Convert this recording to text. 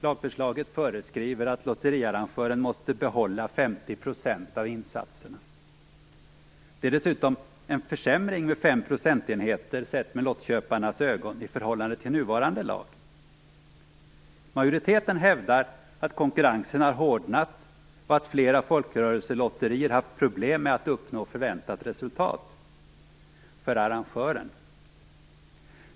Lagförslaget föreskriver att lotteriarrangören måste behålla 50 % av insatserna. Det är dessutom en försämring med 5 procentenheter, sett med lottköparnas ögon, i förhållande till nuvarande lag. Majoriteten hävdar att konkurrensen har hårdnat och att flera folkrörelselotterier haft problem att uppnå förväntat resultat - för arrangören.